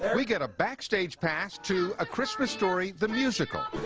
and we get a backstage pass to a christmas story the musical.